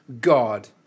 God